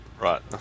Right